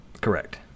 Correct